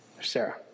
Sarah